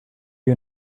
you